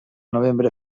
novembre